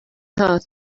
heart